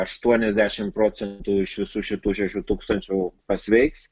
aštuoniasdešim procentų iš visų šitų šešių tūkstančių pasveiks